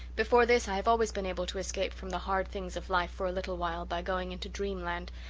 before this, i have always been able to escape from the hard things of life for a little while by going into dreamland,